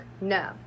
No